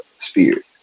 spirit